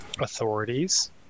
authorities